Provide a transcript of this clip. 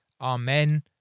Amen